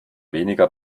weniger